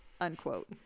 unquote